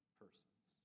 persons